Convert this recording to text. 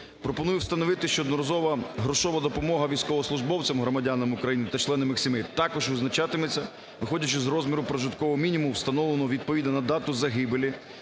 Пропоную встановити, що одноразова грошова допомога військовослужбовцям - громадянам України та членам їх сімей також визначатиметься, виходячи з розміру прожиткового мінімуму, встановленого відповідно на дату загибелі